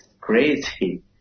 crazy